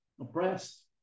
oppressed